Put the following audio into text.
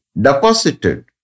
deposited